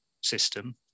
system